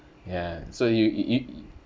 ya so you y~ y~